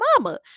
mama